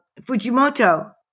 Fujimoto